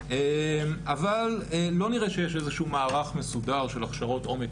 אבל לא נראה שיש איזשהו מערך מסודר של הכשרות עומק